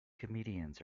comedians